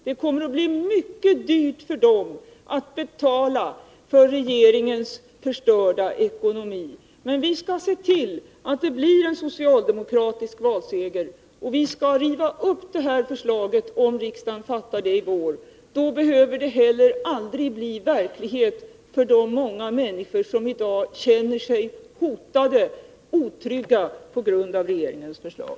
Det kommer att bli mycket dyrt för dem att betala för regeringens förstörda ekonomi. Men vi skall se till att det blir en socialdemokratisk valseger. Vi skall riva upp beslutet — om riksdagen fattar beslut enligt det här förslaget i vår. Då behöver det heller aldrig bli verklighet för de många människor som i dag känner sig hotade och otrygga på grund av regeringens förslag.